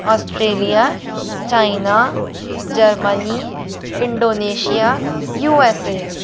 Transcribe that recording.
Australia China Germany Indonesia USA